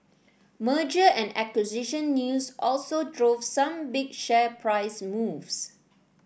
merger and acquisition news also drove some big share price moves